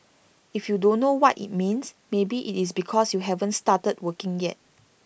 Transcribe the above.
if you don't know what IT means maybe IT is because you haven't started working yet